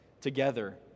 together